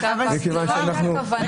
בכנסת.